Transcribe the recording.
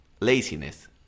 laziness